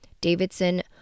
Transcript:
Davidson